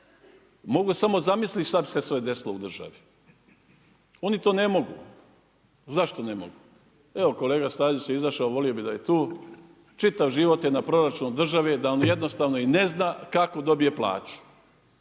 mogu samo zamisliti šta bi se sve desilo u državi. Oni to ne mogu. Zašto ne mogu? Evo kolega Stazić je izašao volio bi da je tu, čitav život je na proračun države da on jednostavno ne zna kako dobije plaću